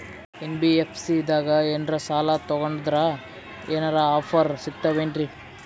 NBFC ದಾಗ ಏನ್ರ ಸಾಲ ತೊಗೊಂಡ್ನಂದರ ಏನರ ಆಫರ್ ಸಿಗ್ತಾವೇನ್ರಿ?